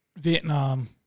Vietnam